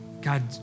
God